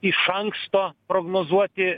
iš anksto prognozuoti